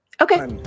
Okay